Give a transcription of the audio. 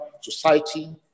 society